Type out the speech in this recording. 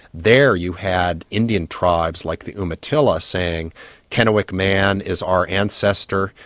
there you had indian tribes like the umatilla saying kennewick man is our ancestor,